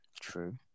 true